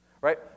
Right